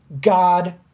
God